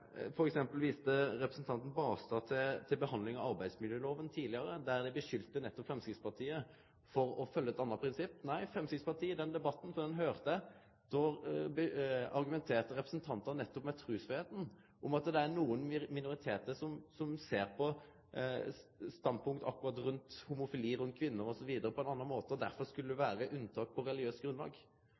viste representanten Knutson Barstad til behandlinga av arbeidsmiljøloven tidlegare, der dei skulda nettopp Framstegspartiet for å følgje eit anna prinsipp. Nei, i den debatten – for den høyrde eg på – argumenterte representantar frå Framstegspartiet nettopp med trusfridomen og med at det er nokre minoritetar som ser på standpunkt akkurat rundt homofili, rundt kvinner osv., på ein anna måte, og derfor skulle det vere unntak på religiøst grunnlag.